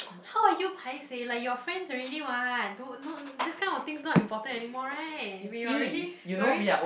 how are you paiseh like you are friends already [what] don't no this kind of things not important anymore right when you already very